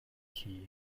hun